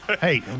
Hey